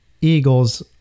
Eagles